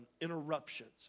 interruptions